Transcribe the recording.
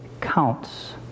counts